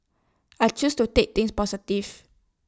I choose to take things positive